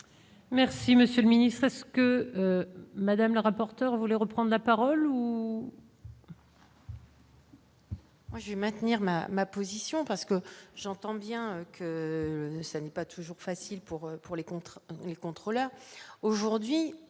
Merci monsieur le ministre-ce que Madame le rapporteur Voléro prendre la parole